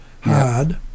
hard